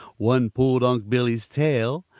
one pulled unc' billy's tail.